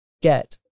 get